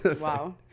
Wow